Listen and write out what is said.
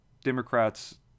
Democrats